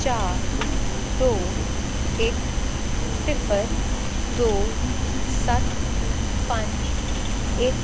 ਚਾਰ ਦੋ ਇੱਕ ਸਿਫ਼ਰ ਦੋ ਸੱਤ ਪੰਜ ਇੱਕ